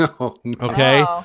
Okay